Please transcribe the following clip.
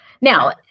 now